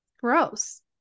Gross